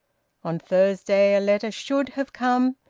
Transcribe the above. on thursday a letter should have come.